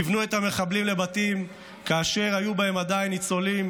כיוונו את המחבלים לבתים כאשר היו בהם עדיין ניצולים,